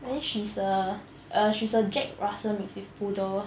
then she's a she's a jack russell mix with poodle